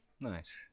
nice